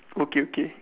okay okay